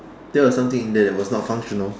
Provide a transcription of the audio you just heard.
that was something in there that was not functional